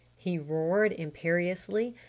he roared imperiously.